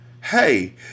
Hey